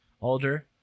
Alder